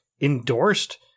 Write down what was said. endorsed